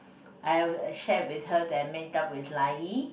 I have shared with her that I made up Lai-Yi